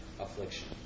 affliction